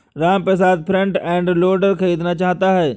Ramprasad front end loader खरीदना चाहता है